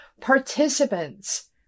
Participants